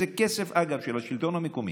זה כסף של השלטון המקומי,